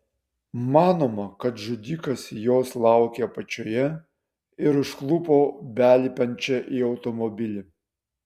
manoma kad žudikas jos laukė apačioje ir užklupo belipančią į automobilį